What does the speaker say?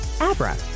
abra